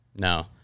no